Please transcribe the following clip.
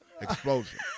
explosion